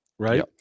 Right